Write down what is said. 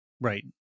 right